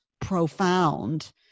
profound